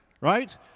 right